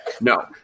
No